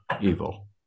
evil